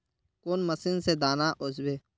कौन मशीन से दाना ओसबे?